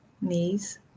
knees